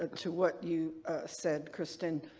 ah to what you said kristen,